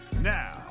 Now